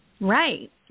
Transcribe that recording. Right